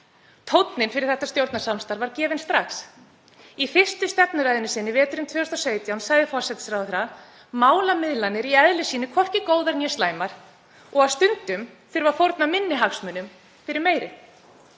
Tónninn fyrir þetta stjórnarsamstarf var gefinn strax. Í fyrstu stefnuræðu sinni veturinn 2017 sagði forsætisráðherra málamiðlanir í eðli sínu hvorki góðar né slæmar og að stundum þyrfti að fórna minni hagsmunum fyrir meiri.